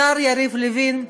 השר יריב לוין,